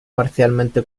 parcialmente